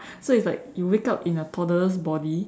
so it's like you wake up in a toddler's body